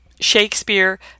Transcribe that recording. Shakespeare